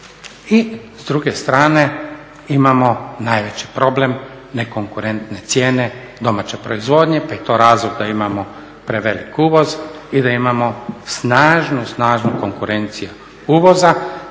i s druge strane imamo najveći problem nekonkurentne cijene domaće proizvodnje pa je i to razlog da imamo prevelik uvoz i da imamo snažnu, snažnu konkurenciju uvoza.